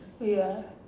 wait ah